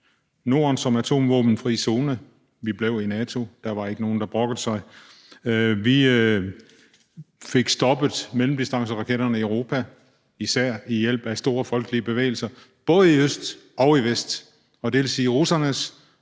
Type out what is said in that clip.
Norden som atomvåbenfri zone. Vi blev i NATO. Der var ikke nogen, der brokkede sig. Vi fik stoppet mellemdistanceraketterne i Europa, især ved hjælp af store folkelige bevægelser både i øst og i vest. Det vil sige,